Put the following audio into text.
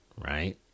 right